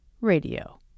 radio